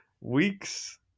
weeks